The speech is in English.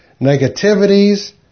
Negativities